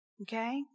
Okay